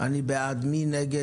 מי נגד?